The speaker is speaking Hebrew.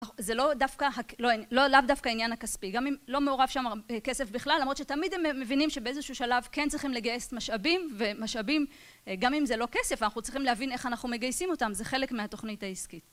זה לא דווקא עניין הכספי. גם אם לא מעורב שם כסף בכלל, למרות שתמיד הם מבינים שבאיזשהו שלב כן צריכים לגייס משאבים ומשאבים, גם אם זה לא כסף, אנחנו צריכים להבין איך אנחנו מגייסים אותם. זה חלק מהתוכנית העסקית.